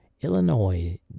Illinois